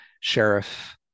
sheriff